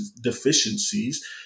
deficiencies